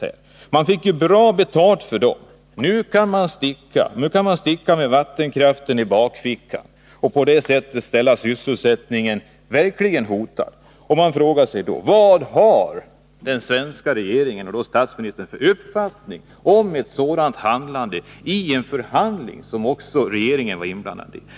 — Man fick ju bra betalt för dem och tyckte att nu, ”med vattenkraften i bakfickan”, kunde man sticka. På det sättet blev sysselsättningen verkligen hotad. Jag frågar vilken uppfattning den svenska regeringen och statsministern har om ett sådant handlande under en förhandling som också regeringen var inblandad i.